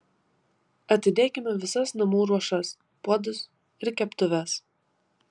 atidėkime visas namų ruošas puodus ir keptuves